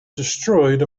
destroyed